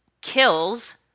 kills